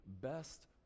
best